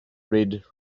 red